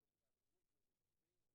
לעשות את העבודה הכל כך חשובה שאתן עושות,